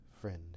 Friend